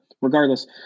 regardless